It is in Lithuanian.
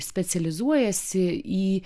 specializuojasi į